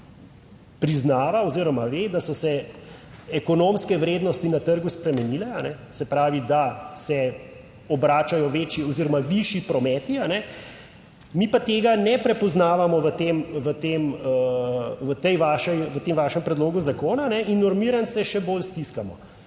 priznava oziroma ve, da so se ekonomske vrednosti na trgu spremenile, se pravi, da se obračajo večji oziroma višji prometi. Mi pa tega ne prepoznavamo v tem vašem predlogu zakona. In normirance še bolj stiskamo.